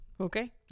okay